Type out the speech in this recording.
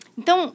Então